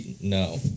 No